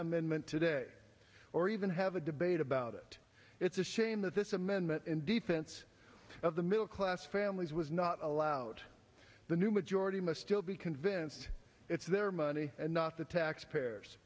amendment today or even have a debate about it it's a shame that this amendment in defense of the middle class families was not allowed the new majority must still be convinced it's their money and not the taxpayers